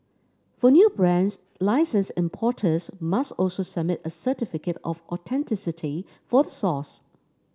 for new brands licensed importers must also submit a certificate of authenticity for the source